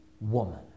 woman